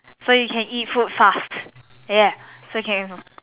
so you can eat food fast ya